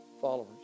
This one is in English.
followers